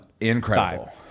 incredible